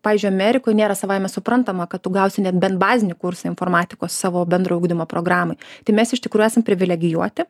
pavyzdžiui amerikoj nėra savaime suprantama kad tu gausi na bent bazinį kursą informatikos savo bendro ugdymo programoj tai mes iš tikrųjų esam privilegijuoti